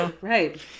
Right